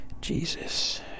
Jesus